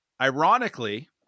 ironically